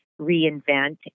reinvent